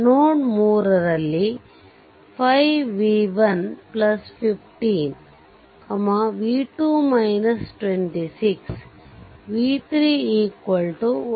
ನೋಡ್ 3 ರಲ್ಲಿ 5 v1 15 v2 26 v3 120